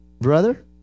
brother